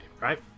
right